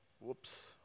Whoops